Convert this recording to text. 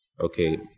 okay